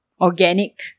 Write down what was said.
organic